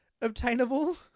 obtainable